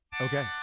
okay